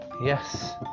Yes